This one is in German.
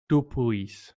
dupuis